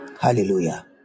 Hallelujah